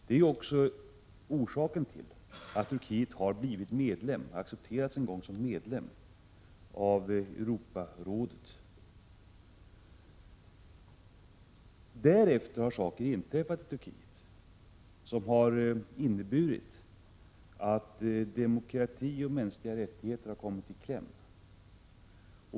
Det är också orsaken till att Turkiet accepterats som medlem av Europarådet. Därefter har saker inträffat i Turkiet som har inneburit att demokrati och mänskliga rättigheter kommit i kläm.